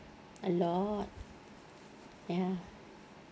a lot ya